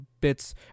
bits